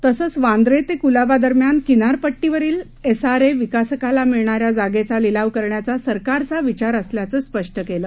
तसंच वांद्रे ते कुलाबा दरम्यान किनारपट्टीवरील एसआरए विकासकाला मिळणाऱ्या जागेचा लिलाव करण्याचा सरकारचा विचार असल्याचं स्पष्ट केलं